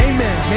Amen